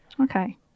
Okay